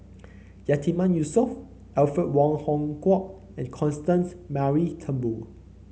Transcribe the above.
Yatiman Yusof Alfred Wong Hong Kwok and Constance Mary Turnbull